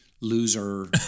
loser